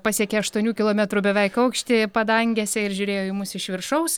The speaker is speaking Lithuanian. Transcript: pasiekė aštuonių kilometrų beveik aukštį padangėse ir žiūrėjo į mus iš viršaus